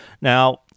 Now